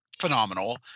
phenomenal